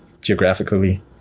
geographically